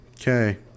Okay